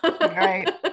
Right